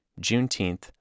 Juneteenth